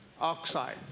oxide